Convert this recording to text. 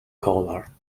color